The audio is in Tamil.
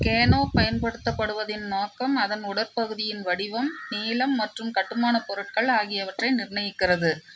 கேனோ பயன்படுத்தபடுவதின் நோக்கம் அதன் உடற்பகுதியின் வடிவம் நீளம் மற்றும் கட்டுமானப் பொருட்கள் ஆகியவற்றை நிர்ணயிக்கிறது